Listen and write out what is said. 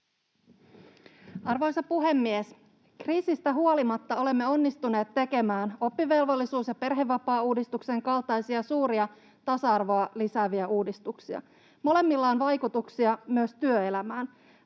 Arvoisa puhemies! Kriisistä huolimatta olemme onnistuneet tekemään oppivelvollisuus- ja perhevapaauudistuksen kaltaisia suuria, tasa-arvoa lisääviä uudistuksia. Molemmilla on vaikutuksia myös työelämään.